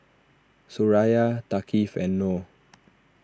Suraya Thaqif and Noh